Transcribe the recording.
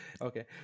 Okay